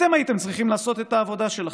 אתם הייתם צריכים לעשות את העבודה שלכם.